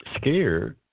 Scared